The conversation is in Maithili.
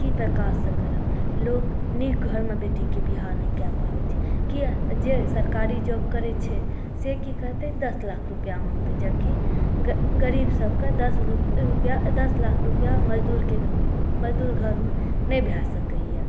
की प्रकारसँ करब लोक नीक घरमे बेटीके बियाह नहि कए पाबै छै किया तऽ जे सरकारी जॉब करै छै से की कहतै दश लाख रुपैआ मङ्गतै जबकि गरीब सभके दश रुपैआ दश लाख रुपैआ मजदुर घरमे नहि भऽ सकैया